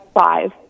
five